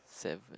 seven